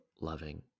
loving